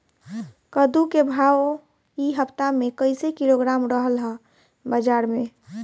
कद्दू के भाव इ हफ्ता मे कइसे किलोग्राम रहल ह बाज़ार मे?